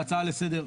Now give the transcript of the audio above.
הצעה לסדר.